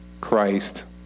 Christ